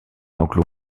enclos